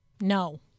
No